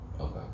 Okay